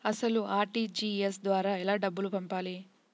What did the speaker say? అసలు అర్.టీ.జీ.ఎస్ ద్వారా ఎలా డబ్బులు పంపాలి?